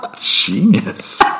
Genius